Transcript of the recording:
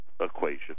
equation